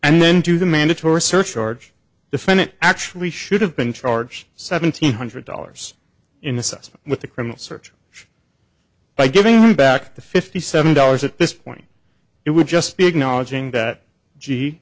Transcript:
and then to the mandatory surcharge defendant actually should have been charged seventeen hundred dollars in assessment with the criminal search by giving back the fifty seven dollars at this point it would just be acknowledging that gee